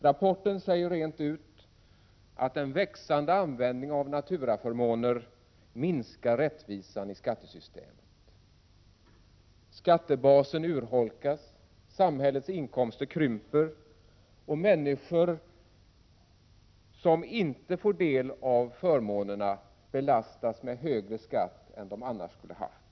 Rapporten säger rent ut att en växande användning av naturaförmåner minskar rättvisan i skattesystemet. Skattebasen urholkas, samhällets inkomster krymper, och de människor som inte får del av Prot. 1987/88:46 förmånerna belastas med en högre skatt än de annars skulle ha haft.